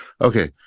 okay